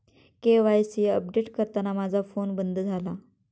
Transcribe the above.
KYC update करताना माझा phone बंद झाला